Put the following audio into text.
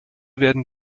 werden